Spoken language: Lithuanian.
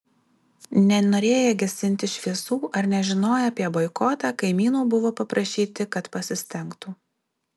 nenorėję gesinti šviesų ar nežinoję apie boikotą kaimynų buvo paprašyti kad pasistengtų